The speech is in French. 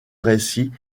récit